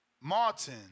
Martin